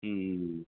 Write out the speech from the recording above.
ம் ம் ம்